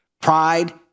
Pride